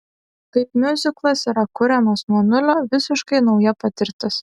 kaip miuziklas yra kuriamas nuo nulio visiškai nauja patirtis